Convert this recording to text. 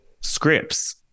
scripts